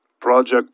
Project